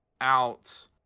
out